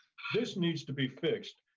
this needs to be fixed.